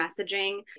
messaging